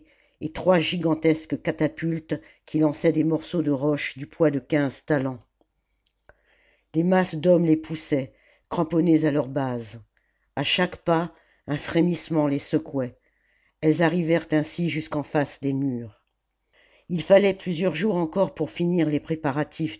et trois gigantesques catapultes qui lançaient des morceaux de roche du poids de quinze talents des masses d'hommes les poussaient cramponnés à leur base à chaque pas un frémissement les secouait elles arrivèrent ainsi jusqu'en face des murs ii fallait plusieurs jours encore pour finir les préparatifs